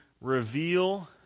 reveal